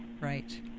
Right